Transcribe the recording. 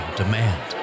demand